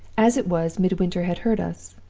as it was, midwinter had heard us.